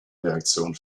reaktion